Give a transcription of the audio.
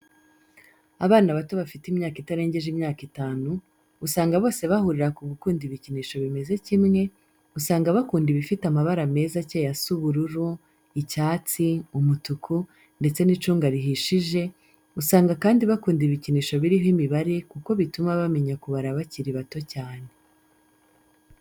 Abana bato bafite imyaka itarengeje imyaka itanu, usanga bose bahurira ku gukunda ibikinisho bimeze kimwe, usanga bakunda ibifite amabara meza akeye asa ubururu, icyatsi, umutuku, ndetse n'icunga rihishije, usanga kandi bakunda ibikinisho biriho imibare kuko bituma bamenya kubara bakiri bato cyane.